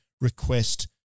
request